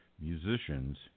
musicians